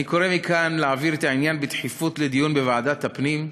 אני קורא מכאן להעביר את העניין בדחיפות לדיון בוועדת הפנים.